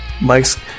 Mike's